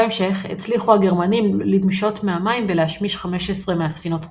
בהמשך הצליחו הגרמנים למשות מהמים ולהשמיש 15 מהספינות הטבועות.